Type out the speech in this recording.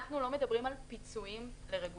אנחנו לא מדברים על פיצויים לרגולציה,